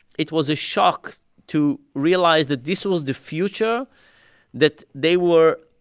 it was a shock to realize that this was the future that they were,